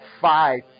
five